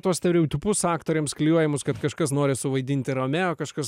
tuos stereotipus aktoriams klijuojamus kad kažkas nori suvaidinti romeo kažkas